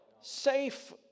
safe